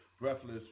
Breathless